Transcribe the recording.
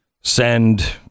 send